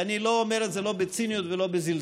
ואני לא אומר את זה לא בציניות ולא בזלזול.